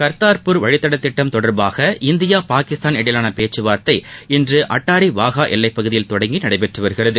கர்த்தார்ப்பூர் வழித்தடத் திட்டம் தொடர்பாக இந்தியா பாகிஸ்தான் இடையேயான பேச்சுக்கள் இன்று அட்டாரி வாகா எல்லைப்பகுதியில் தொடங்கி நடைபெற்று வருகிறது